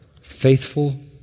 faithful